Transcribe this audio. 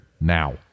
now